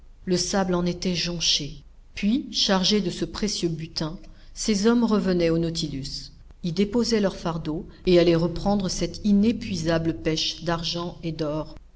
le sable en était jonché puis chargés de ce précieux butin ces hommes revenaient au nautilus y déposaient leur fardeau et allaient reprendre cette inépuisable pêche d'argent et d'or